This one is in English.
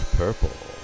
purple